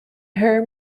her